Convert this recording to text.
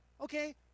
Okay